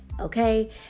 Okay